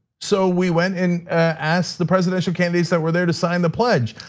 so we went and asked the presidential candidates that were there to sign the pledge,